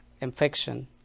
infection